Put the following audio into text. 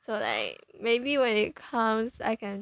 so like maybe when it comes I can